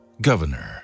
Governor